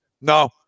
no